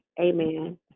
Amen